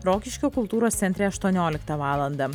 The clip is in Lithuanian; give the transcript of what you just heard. rokiškio kultūros centre aštuonioliktą valandą